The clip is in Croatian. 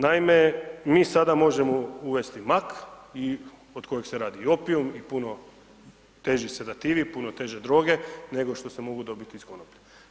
Naime, mi sada možemo uvesti mak i od kojeg se radi opijum i puno teži sedativi, puno teže droge, nego što se mogu dobiti iz konoplje.